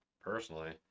personally